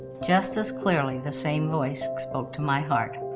just as clearly the same voice spoke to my heart.